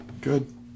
good